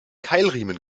keilriemen